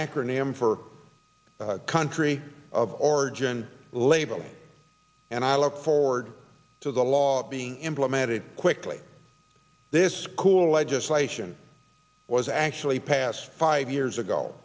acronym for country of origin label and i look forward to the law being implemented quickly this school legislation was actually passed five years ago